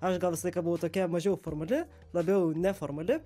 aš gal visą laiką buvau tokia mažiau formali labiau neformali